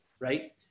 right